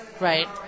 Right